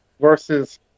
Versus